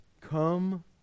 Come